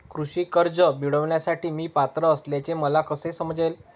कृषी कर्ज मिळविण्यासाठी मी पात्र असल्याचे मला कसे समजेल?